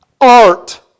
art